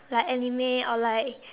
like Anime or like